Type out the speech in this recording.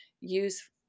use